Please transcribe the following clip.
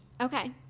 Okay